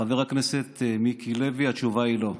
חבר הכנסת מיקי לוי, התשובה היא: לא.